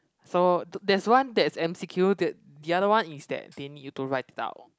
so t~ there's one that's m_c_q the the other one is that they need you to write it out